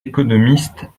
économistes